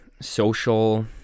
social